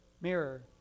mirror